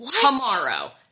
tomorrow